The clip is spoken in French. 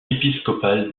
épiscopales